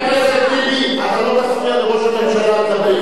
חבר הכנסת טיבי, אתה לא תפריע לראש הממשלה לדבר.